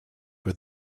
with